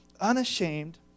unashamed